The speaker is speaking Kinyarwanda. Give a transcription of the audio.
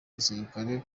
gisirikare